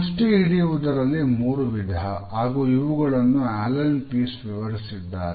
ಮುಷ್ಟಿ ಹಿಡಿಯುವುದರಲ್ಲಿ ಮೂರು ವಿಧ ಹಾಗೂ ಇವುಗಳನ್ನು ಅಲೆನ್ ಪಿಎಸ್ ವಿವರಿಸಿದ್ದಾರೆ